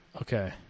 Okay